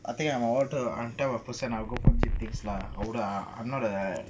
I think I am order I'm the type of person I will go for cheap things lah I'm not a